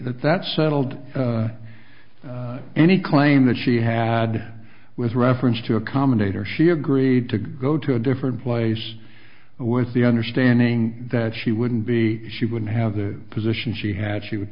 that that settled any claim that she had with reference to accommodate her she agreed to go to a different place with the understanding that she wouldn't be she wouldn't have the position she had she would